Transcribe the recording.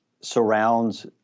surrounds